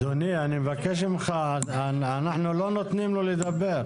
אדוני, אני מבקש ממך, אנחנו לא נותנים לו לדבר.